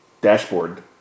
dashboard